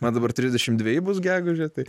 man dabar trisdešimt dveji bus gegužę tai